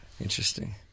Interesting